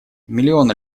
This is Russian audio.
миллионы